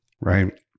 right